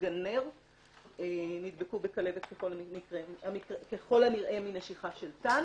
מגן-נר נדבקו בכלבת ככל הנראה מנשיכה של תן